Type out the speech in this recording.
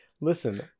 listen –